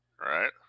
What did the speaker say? Right